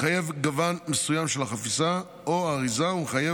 מחייב גוון מסוים של החפיסה או האריזה ומחייב